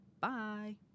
Bye